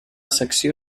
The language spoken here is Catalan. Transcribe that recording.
secció